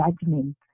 judgment